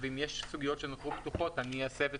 ואם יש סוגיות שהן פתוחות אני אסב את